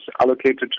allocated